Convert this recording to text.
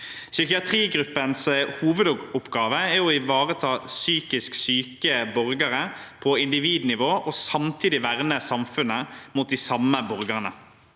Psykiatrigruppens hovedoppgave er å ivareta psykisk syke borgere på individnivå og samtidig verne samfunnet mot de samme borgerne.